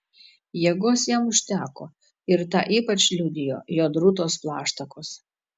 jėgos jam užteko ir tą ypač liudijo jo drūtos plaštakos